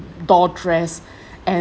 doll dress and